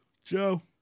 Joe